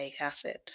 acid